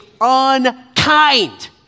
unkind